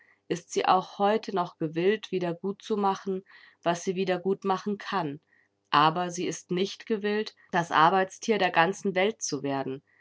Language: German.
ist sie auch heute noch gewillt wiedergutzumachen was sie wiedergutmachen kann aber sie ist nicht gewillt das arbeitstier der ganzen welt zu werden